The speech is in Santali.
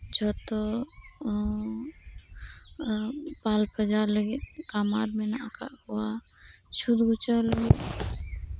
ᱡᱷᱚᱛᱚ ᱯᱷᱟᱞ ᱯᱟᱡᱟᱣ ᱞᱟᱹᱜᱤᱫ ᱠᱟᱢᱟᱨ ᱢᱮᱱᱟᱜ ᱟᱠᱟᱫ ᱠᱚᱣᱟ ᱪᱷᱩᱸᱛ ᱢᱩᱠᱩᱛ ᱞᱟᱹᱜᱤᱫ